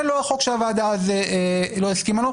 זה לא החוק שהוועדה אז לא הסכימה לו.